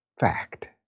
fact